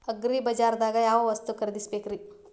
ಅಗ್ರಿಬಜಾರ್ದಾಗ್ ಯಾವ ವಸ್ತು ಖರೇದಿಸಬೇಕ್ರಿ?